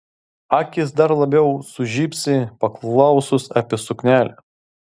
akys dar labiau sužibsi paklausus apie suknelę